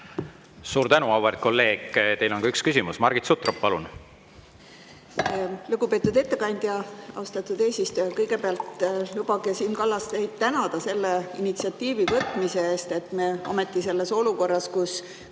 Suur tänu, auväärt kolleeg! Teile on ka üks küsimus. Margit Sutrop, palun! Lugupeetud ettekandja! Austatud eesistuja! Kõigepealt lubage, Siim Kallas, teid tänada selle initsiatiivi näitamise eest, et me ometi selles olukorras, kus